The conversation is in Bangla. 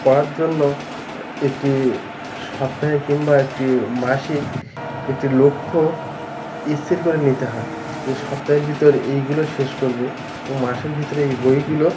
পড়ার জন্য একটি সপ্তাহে কিংবা একটি মাসিক একটি লক্ষ্য স্থির করে নিতে হয় যে সপ্তাহের ভিতর এইগুলো শেষ করবো মাসের ভিতরে এই বইগুলো